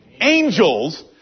angels